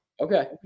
okay